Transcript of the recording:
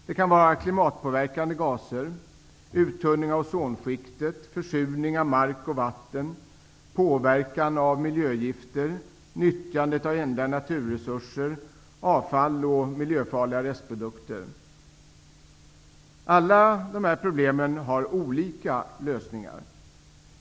Det kan vara fråga om klimatpåverkande gaser, uttunning av ozonskiktet, försurning av mark och vatten, påverkan av miljögifter, nyttjandet av ändliga naturresurser, avfall och miljöfarliga restprodukter. Alla dessa problem har olika lösningar.